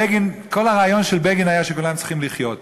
כל הרעיון היה שכולם צריכים לחיות.